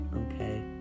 Okay